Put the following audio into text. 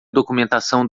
documentação